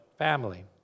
family